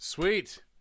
Sweet